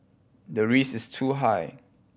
the risk is too high